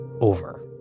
over